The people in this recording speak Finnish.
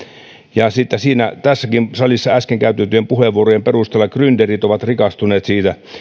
ja tässäkin salissa äsken käytettyjen puheenvuorojen perusteella grynderit ovat rikastuneet siitä